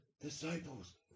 disciples